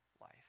life